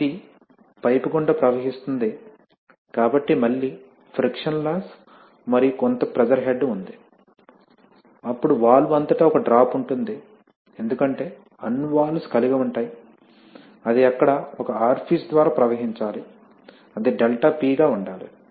అప్పుడు ఇది పైపు గుండా ప్రవహిస్తుంది కాబట్టి మళ్ళీ ఫ్రిక్షన్ లాస్ మరియు కొంత ప్రెషర్ హెడ్ ఉంది అప్పుడు వాల్వ్ అంతటా ఒక డ్రాప్ ఉంటుంది ఎందుకంటే అన్ని వాల్వ్స్ కలిగి ఉంటాయి అది అక్కడ ఒక ఆర్ఫీస్ ద్వారా ప్రవహించాలి అది ∆P గా ఉండాలి